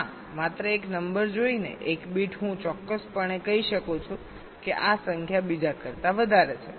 ના માત્ર એક નંબર જોઈને એક બીટ હું ચોક્કસપણે કહી શકું છું કે આ સંખ્યા બીજા કરતા વધારે છે